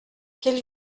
qu’elle